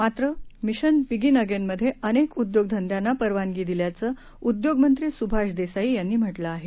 मात्र mission begin again मध्ये अनेक उद्योगधंद्यांना परवानगी दिल्याचं उद्योगमंत्री सुभाष देसाई यांनी म्हटलं आहे